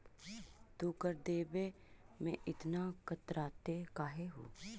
तू कर देवे में इतना कतराते काहे हु